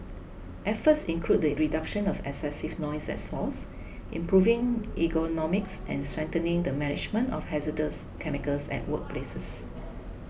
efforts include the reduction of excessive noise at source improving ergonomics and strengthening the management of hazardous chemicals at workplaces